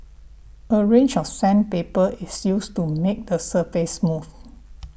a range of sandpaper is used to make the surface smooth